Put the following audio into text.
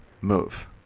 move